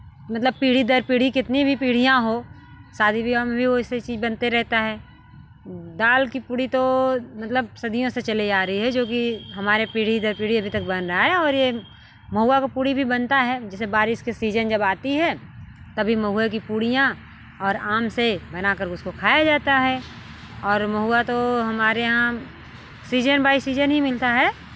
मतलब पीढ़ी दर पीढ़ी कितनी भी पीढ़ियाँ हो शादी ब्याह में भी वह ऐसी चीज़ बनते रहता है दाल की पूड़ी तो मतलब सदियों से चले आ रही है जो कि हमारे पीढ़ी दर पीढ़ी अभी तक बन रहा है और यह महुआ को पूड़ी भी बनता है जैसे बारिश के सीजन जब आती है तभी महुआ की पूड़ीयाँ और आम से बना कर उसको खाया जाता है और महुआ तो हमारे यहाँ सीजन बाय सीजन ही मिलता है